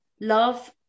love